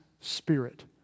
Spirit